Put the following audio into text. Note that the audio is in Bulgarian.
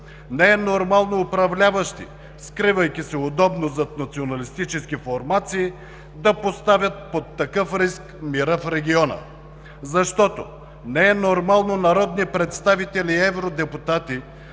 не е нормално управляващи, скривайки се удобно зад националистически формации, да поставят под такъв риск мира в региона. Не е нормално народни представители и евродепутати